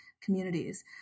communities